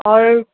اور